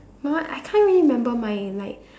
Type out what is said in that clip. you know what I can't really remember mine like